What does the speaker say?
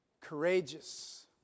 courageous